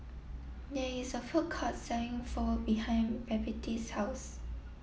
there is a food court selling Pho behind Babette's house